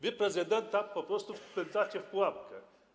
Wy prezydenta po prostu wpędzacie w pułapkę.